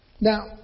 Now